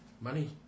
money